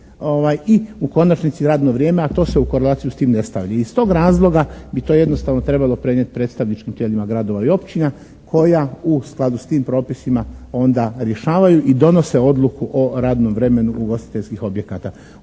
i u konačnici radno vrijeme a to se u korelaciji s tim ne stavlja. Iz tog razloga bi to jednostavno trebalo prenijeti predstavničkim tijelima gradova i općina koja u skladu s tim propisima onda rješavaju i donose odluku o radnom vremenu ugostiteljskih objekata.